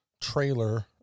trailer